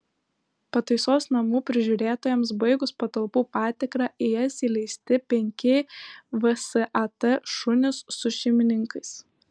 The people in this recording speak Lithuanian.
pataisos namų prižiūrėtojams baigus patalpų patikrą į jas įleisti penki vsat šunys su šeimininkais